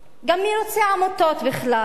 גם מי רוצה עמותות בכלל,